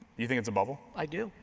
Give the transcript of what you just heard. you think it's a bubble? i do.